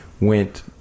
went